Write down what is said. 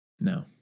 No